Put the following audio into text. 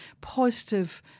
positive